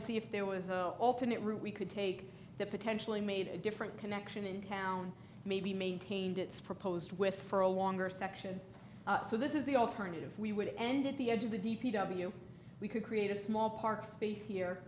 to see if there was an alternate route we could take that potentially made a different connection in town maybe maintained its proposed with for a longer section so this is the alternative we would end at the edge of the d p w we could create a small park space here